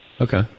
Okay